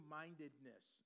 mindedness